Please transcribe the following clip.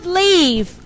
leave